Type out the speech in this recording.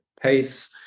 pace